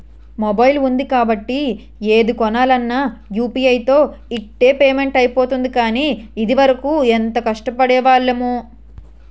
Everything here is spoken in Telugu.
మొబైల్ ఉంది కాబట్టి ఏది కొనాలన్నా యూ.పి.ఐ తో ఇట్టే పేమెంట్ అయిపోతోంది కానీ, ఇదివరకు ఎంత కష్టపడేవాళ్లమో